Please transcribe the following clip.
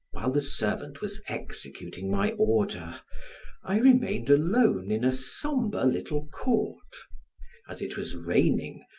while the servant was executing my order i remained alone in a somber little court as it was raining,